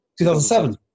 2007